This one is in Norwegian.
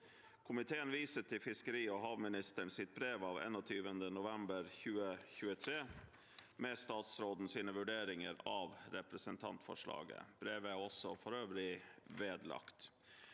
Komiteen viser til fiskeri- og havministerens brev av 21. november 2023 med statsrådens vurderinger av representantforslaget. Brevet er for øvrig vedlagt